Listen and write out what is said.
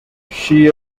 she